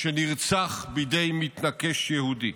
שנרצח בידי מתנקש יהודי.